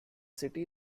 city